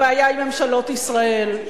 הבעיה היא ממשלות ישראל.